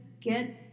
get